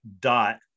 dot